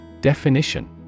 Definition